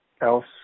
else